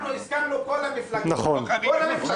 אנחנו הסכמנו, כל המפלגות הסכימו.